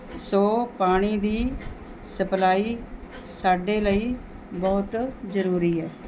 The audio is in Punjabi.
ਸੋ ਪਾਣੀ ਦੀ ਸਪਲਾਈ ਸਾਡੇ ਲਈ ਬਹੁਤ ਜ਼ਰੂਰੀ ਹੈ